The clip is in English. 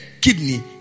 kidney